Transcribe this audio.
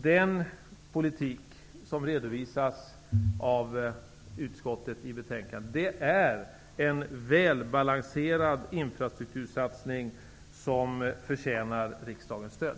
Den politik som redovisas i utskottets betänkande innebär en välbalanserad infrastruktursatsning, som förtjänar riksdagens stöd.